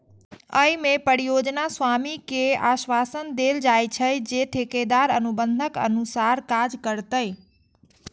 अय मे परियोजना स्वामी कें आश्वासन देल जाइ छै, जे ठेकेदार अनुबंधक अनुसार काज करतै